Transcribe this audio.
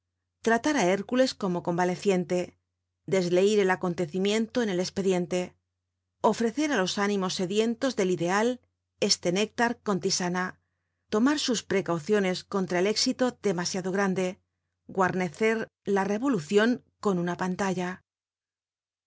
á hércules como convaleciente desleir el acontecimiento en el espediente ofrecer á los ánimos sedientos del ideal este néctar con tisana tomar sus precauciones contra el éxito demasiado grande guarnecer la revolucion con una pantalla